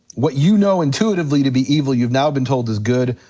what you know intuitively to be evil, you've now been told is good,